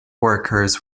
workers